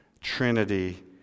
Trinity